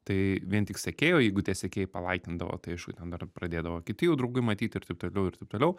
tai vien tik sekėjų o jeigu tie sekėjai palaikindavo tai aišku dar pradėdavo kiti jų draugai matyti ir taip toliau ir taip toliau